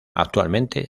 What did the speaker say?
actualmente